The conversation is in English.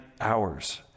hours